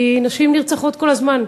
כי נשים נרצחות כל הזמן.